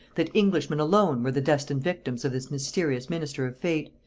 that englishmen alone, were the destined victims of this mysterious minister of fate,